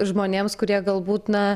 žmonėms kurie galbūt na